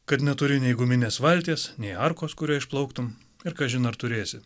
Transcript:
kad neturi nei guminės valties nei arkos kuria išplauktum ir kažin ar turėsi